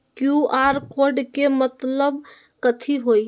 QR code के मतलब कथी होई?